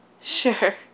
Sure